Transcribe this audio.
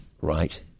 right